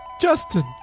Justin